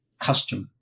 customer